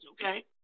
okay